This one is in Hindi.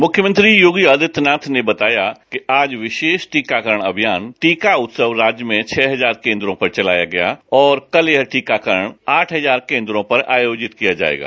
मुख्यमंत्री योगी आदित्यनाथ ने बताया कि आज विशेष टीकाकरण अभियान टीका उत्सव राज्य में छः हजार केंद्रों पर चलाया गया और कल यह टीकाकरण आठ हजार केंद्रों पर आयोजित किया जाएगा